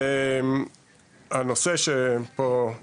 הנושא שסימון